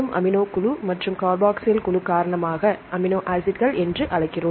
amino குழு மற்றும் carboxyl குழு காரணமாக அமினோ ஆசிட்கள் என்று அழைக்கிறோம்